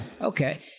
Okay